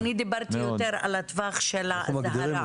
אבל אני דיברתי יותר על הטווח של האזהרה.